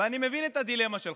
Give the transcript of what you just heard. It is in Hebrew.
אני מבין את הדילמה שלך.